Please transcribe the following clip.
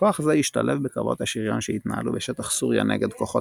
כוח זה השתלב בקרבות השריון שהתנהלו בשטח סוריה נגד כוחות